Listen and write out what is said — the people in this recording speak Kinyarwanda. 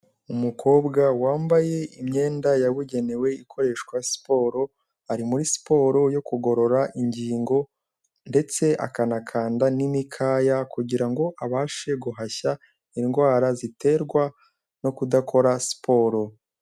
Umukobwa wambaye imyenda yabugenewe ikoreshwa siporo, ari muri siporo yo kugorora ingingo, ndetse akanakanda n'imikaya, kugira ngo abashe guhashya indwara ziterwa no kudakora siporo.